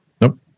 Nope